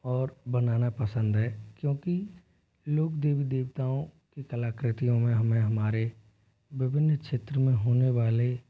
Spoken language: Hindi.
और बनाना पसंद है क्योंकि लोग देवी देवताओं की कलाकृतियों में हमें हमारे विभिन्न क्षेत्र में होने वाले